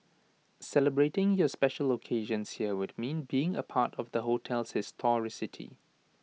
celebrating your special locations here would mean being A part of the hotel's historicity